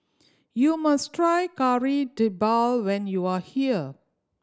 you must try Kari Debal when you are here